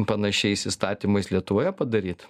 panašiais įstatymais lietuvoje padaryt